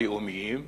הלאומיים,